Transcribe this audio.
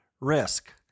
risk